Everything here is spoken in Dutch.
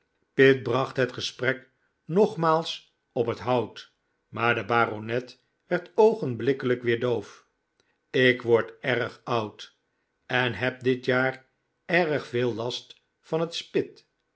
pitt bracht het gesprek nogmaals op het hout maar de baronet werd oogenblikkelijk weer doof ik word erg oud en heb dit jaar erg veel last van het spit